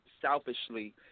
selfishly